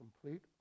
complete